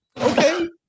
Okay